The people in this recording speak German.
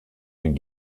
den